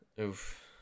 Oof